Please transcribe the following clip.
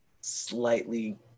slightly